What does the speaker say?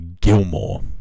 Gilmore